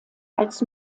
als